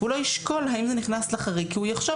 והוא לא ישקול האם זה נכנס לחריג כי הוא יחשוב,